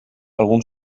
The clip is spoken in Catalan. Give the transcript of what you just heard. algun